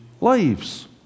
lives